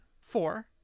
Four